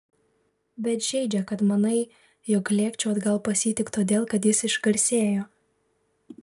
bet žeidžia kad manai jog lėkčiau atgal pas jį tik todėl kad jis išgarsėjo